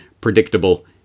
predictable